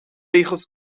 regels